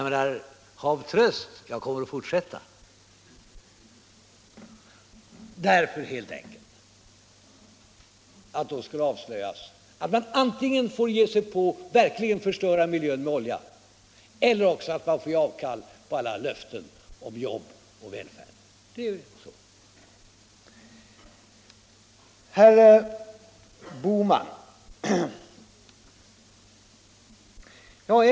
Men hav tröst! Jag kommer att fortsätta, helt enkelt därför att då skall det verkligen avslöjas att man antingen får förstöra miljön med olja eller ge avkall på alla löften om jobb och välfärd. Herr Bohman!